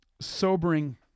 sobering